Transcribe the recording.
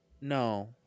No